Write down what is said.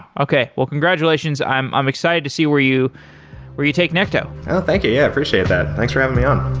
okay, well congratulations. i'm i'm excited to see where you where you take necto oh, thank you. yeah, i appreciate that. thanks for having me on